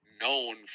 known